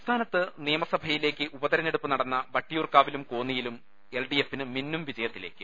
സംസ്ഥാനത്ത് നിയമസഭയിലേക്ക് ഉപതെരഞ്ഞെടുപ്പ് നടന്ന വട്ടിയൂർക്കാവിലും കോന്നിയിലും എൽഡിഎഫിന് മിന്നും വിജ യത്തിലേക്ക്